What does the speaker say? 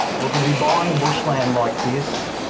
well, to be buying bushland like this,